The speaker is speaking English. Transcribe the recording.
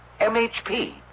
MHP